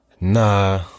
Nah